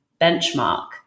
Benchmark